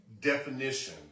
definition